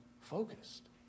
focused